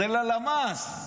זה ללמ"ס,